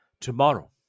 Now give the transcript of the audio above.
Tomorrow